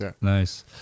Nice